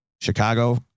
Chicago